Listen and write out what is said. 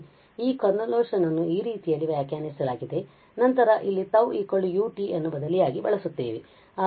ಆದ್ದರಿಂದ ಈ ಕನ್ವೋಲ್ಯೂಷನ್ ಅನ್ನು ಈ ರೀತಿಯಲ್ಲಿ ವ್ಯಾಖ್ಯಾನಿಸಲಾಗಿದೆ ಮತ್ತು ನಂತರ ನಾವು ಇಲ್ಲಿ τ u t ಅನ್ನು ಬದಲಿಯಾಗಿ ಬಳಸುತ್ತೇವೆ